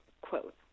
quote